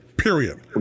period